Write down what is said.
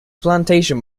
plantation